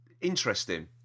Interesting